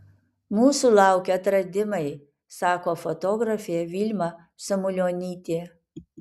mūsų laukia atradimai sako fotografė vilma samulionytė